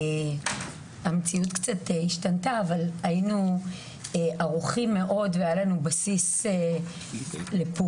המציאות קצת השתנתה אבל היינו ערוכים מאוד והיה לנו בסיס לפעולה.